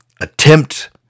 attempt